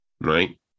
right